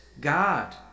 God